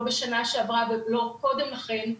לא בשנה שעברה ולא קודם לכן.